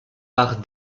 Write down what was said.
par